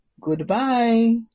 Goodbye